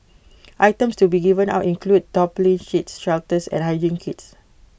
items to be given out include tarpaulin sheets shelters and hygiene kits